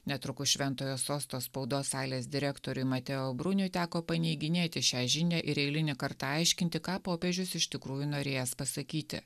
netrukus šventojo sosto spaudos salės direktoriui mateo bruniui teko paneiginėti šią žinią ir eilinį kartą aiškinti ką popiežius iš tikrųjų norėjęs pasakyti